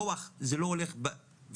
כוח זה לא הולך פיסי,